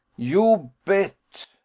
you bet!